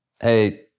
Hey